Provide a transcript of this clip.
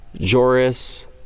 Joris